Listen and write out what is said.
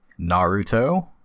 Naruto